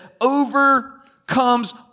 overcomes